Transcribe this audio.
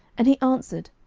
and he answered,